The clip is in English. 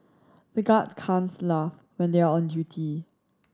the guards can't laugh when they are on duty